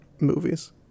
movies